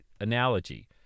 analogy